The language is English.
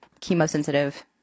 chemosensitive